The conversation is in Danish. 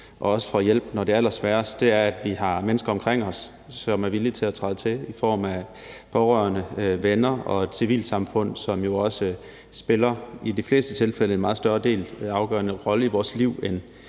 og også får hjælp, når det er allersværest, er, at vi har mennesker omkring os, som er villige til at træde til; det er pårørende, venner og et civilsamfund, som jo også i de fleste tilfælde spiller en meget større og mere afgørende rolle i vores liv end